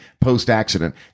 post-accident